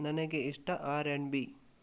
ನನಗೆ ಇಷ್ಟ R and B